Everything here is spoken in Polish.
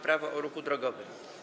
Prawo o ruchu drogowym.